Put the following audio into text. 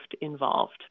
involved